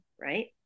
right